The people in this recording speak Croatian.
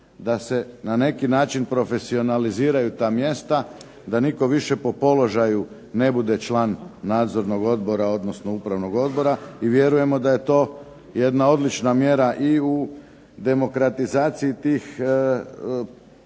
da se na neki način profesionaliziraju ta mjesta, da nitko više po položaju ne bude član nadzornog odbora, odnosno upravnog odbora i vjerujemo da je to jedna odlična mjera i u demokratizaciji tih položaja